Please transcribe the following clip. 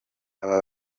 aba